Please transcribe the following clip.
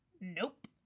nope